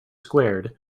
squared